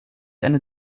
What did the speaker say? eine